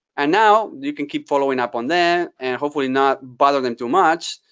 and now you can keep following up on them, and hopefully not bother them too much.